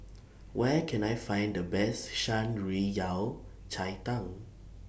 Where Can I Find The Best Shan Rui Yao Cai Tang